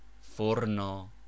Forno